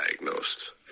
diagnosed